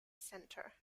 center